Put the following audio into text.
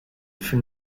for